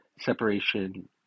separation